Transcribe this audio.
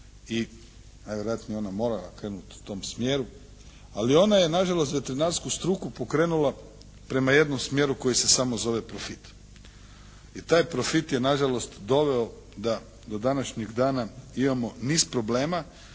i najvjerojatnije je ona morala krenuti u tom smjeru, ali ona je na žalost za veterinarsku struku pokrenula prema jednom smjeru koji se samo zove profit i taj profit je na žalost doveo da do današnjih dana imamo niz problema